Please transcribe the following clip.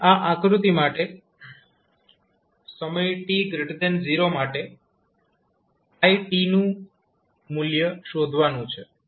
આપણે આ આકૃતિ માટે સમય t0 માટે i નું મૂલ્ય શોધવાનું છે